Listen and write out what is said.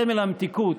סמל המתיקות,